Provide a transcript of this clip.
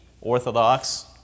Orthodox